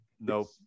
Nope